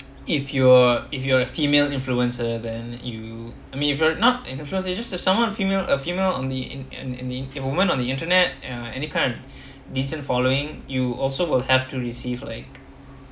if you are if you are a female influencer then you I mean you are not in the first you just if someone female a female only in in in the women in the internet uh any kind decent following you also will have to receive like